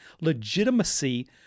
Legitimacy